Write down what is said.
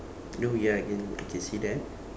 don't ya I can I can see that